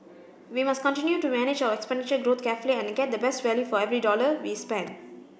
we must continue to manage our expenditure growth carefully and get the best value for every dollar we spend